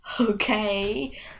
okay